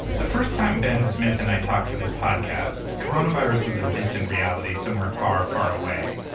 the first time ben smith and i talked for this podcast, coronavirus was a distant reality, somewhere far, far away.